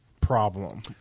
problem